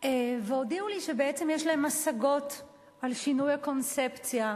והודיעו לי שבעצם יש להם השגות על שינוי הקונספציה,